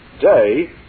day